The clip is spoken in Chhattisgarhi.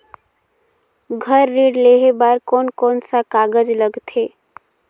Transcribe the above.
घर ऋण लेहे बार कोन कोन सा कागज लगथे?